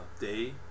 day